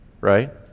right